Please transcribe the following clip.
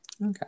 Okay